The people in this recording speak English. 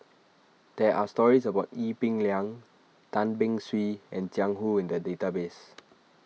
there are stories about Ee Peng Liang Tan Beng Swee and Jiang Hu in the database